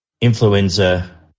influenza